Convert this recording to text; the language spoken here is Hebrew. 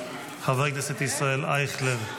חבר הכנסת ישראל אייכלר,